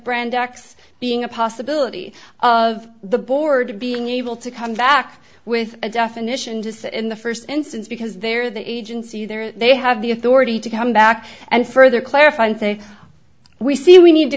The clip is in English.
x being a possibility of the board being able to come back with a definition to sit in the first instance because they're the agency there they have the authority to come back and further clarify and say we see we need to